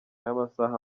y’amasaha